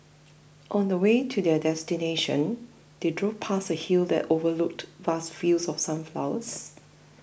on the way to their destination they drove past a hill that overlooked vast fields of sunflowers